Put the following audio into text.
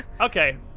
Okay